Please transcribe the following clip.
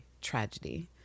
tragedy